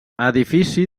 edifici